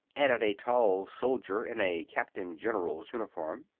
added a tall soldier in a captain-general's uniform.